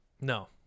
No